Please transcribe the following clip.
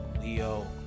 Leo